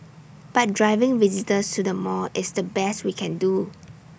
but driving visitors to the mall is the best we can do